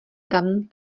tam